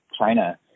China